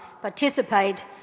participate